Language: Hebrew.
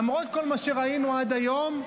למרות כל מה שראינו עד היום,